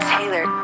Taylor